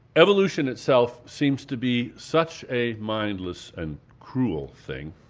evolution itself seems to be such a mindless and cruel thing.